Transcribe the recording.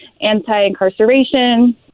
anti-incarceration